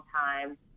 time